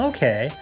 Okay